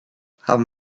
haben